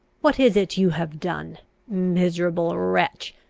what is it you have done miserable wretch!